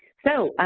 so,